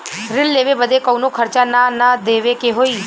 ऋण लेवे बदे कउनो खर्चा ना न देवे के होई?